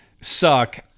suck